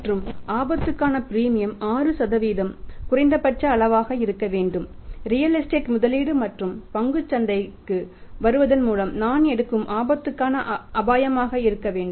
மற்றும் ஆபத்துக்கான பிரீமியம் 6 குறைந்தபட்ச அளவாக இருக்க வேண்டும் ரியல் எஸ்டேட்டில் முதலீடு மற்றும் பங்குச் சந்தைக்கு வருவதன் மூலம் நான் எடுக்கும் ஆபத்துக்கான அபாயமாக இருக்க வேண்டும்